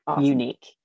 unique